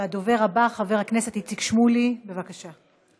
הדובר הבא, חבר הכנסת איציק שמולי, בבקשה.